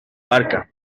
barca